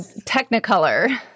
technicolor